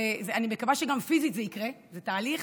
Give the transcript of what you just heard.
ואני מקווה שגם פיזית זה יקרה, זה תהליך,